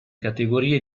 categorie